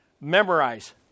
Memorize